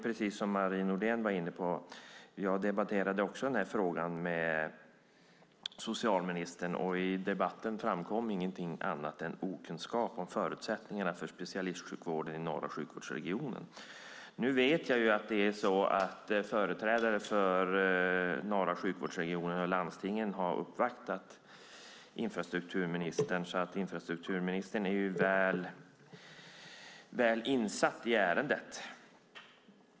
Precis som Marie Nordén debatterade även jag denna fråga med socialministern, och i debatten framkom inget annat än okunskap om förutsättningarna för specialistsjukvården i norra sjukvårdsregionen. Nu vet jag att företrädare för norra sjukvårdsregionen och landstingen har uppvaktat infrastrukturministern, så hon är ju väl insatt i ärendet.